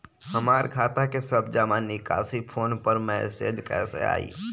हमार खाता के सब जमा निकासी फोन पर मैसेज कैसे आई?